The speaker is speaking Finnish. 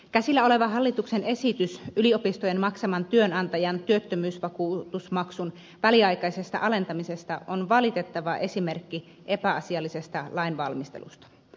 käsillä oleva hallituksen esitys yliopistojen maksaman työnantajan työttömyysvakuutusmaksun väliaikaisesta alentamisesta on valitettava esimerkki epäasiallisesta lainvalmistelusta